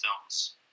films